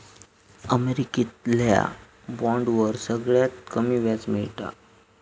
अमेरिकेतल्या बॉन्डवर सगळ्यात कमी व्याज मिळता